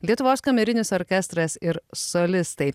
lietuvos kamerinis orkestras ir solistai